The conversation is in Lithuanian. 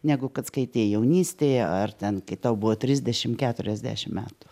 negu kad skaitei jaunystėje ar ten kai tau buvo trisdešim keturiasdešim metų